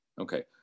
Okay